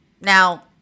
Now